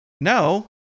No